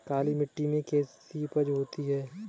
काली मिट्टी में कैसी उपज होती है?